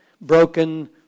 broken